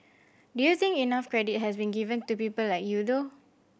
do you think enough credit has been given to people like you though